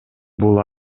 бул